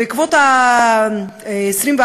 ב-24,